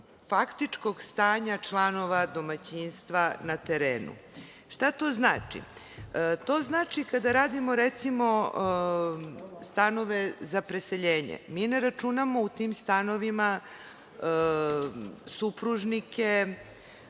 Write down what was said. faktičkog stanja članova domaćinstva na terenu. Šta to znači? To znači kada radimo, recimo, stanove za preseljenje. Mi ne računamo u tim stanovima supružnike